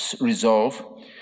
resolve